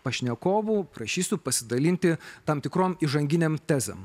pašnekovų prašysiu pasidalinti tam tikrom įžanginėm tezėm